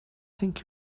think